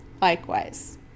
Likewise